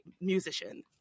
musician